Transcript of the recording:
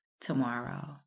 tomorrow